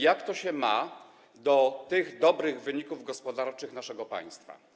Jak to się ma do tych dobrych wyników gospodarczych naszego państwa?